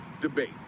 debate